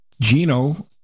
Gino